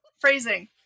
Phrasing